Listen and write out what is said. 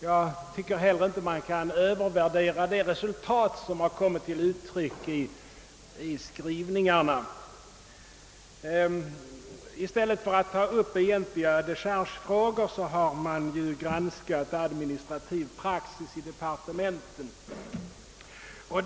Jag tycker inte heller att man kan övervärdera de resultat som har kommit till uttryck i skrivningarna. I stället för att ta upp egentliga dechargefrågor har man granskat administrativ praxis i departementen.